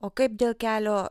o kaip dėl kelio